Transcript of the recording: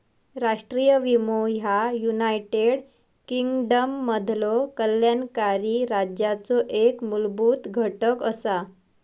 राष्ट्रीय विमो ह्या युनायटेड किंगडममधलो कल्याणकारी राज्याचो एक मूलभूत घटक असा